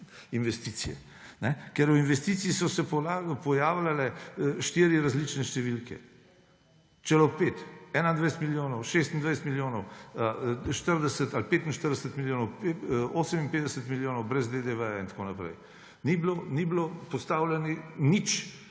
investicije. Ker v investiciji so se pojavljale štiri različne številke, celo pet, 21 milijonov, 26 milijonov, 40 ali 45 milijonov, 58 milijonov, brez DDV in tako naprej. Ni bilo postavljeno nič